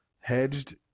hedged